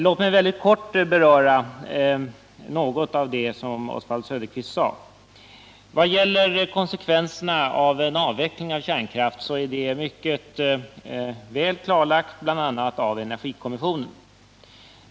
Låt mig väldigt kort beröra något av det som Oswald Söderqvist sade. Konsekvenserna av en avveckling av kärnkraften är mycket väl klarlagda, bl.a. av energikommissionen.